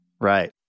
Right